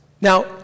Now